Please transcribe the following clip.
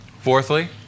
fourthly